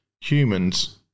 humans